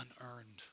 unearned